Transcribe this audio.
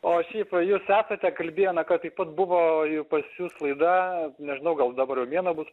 o šiaip jūs esate kalbėję na kad taip pat buvo ir pas jus laida nežinau gal dabar jau viena bus